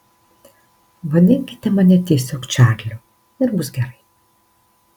vadinkite mane tiesiog čarliu ir bus gerai